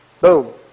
Boom